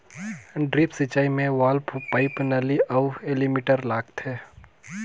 drip सिंचई मे valve, pipe, नली अउ एलीमिटर लगाथें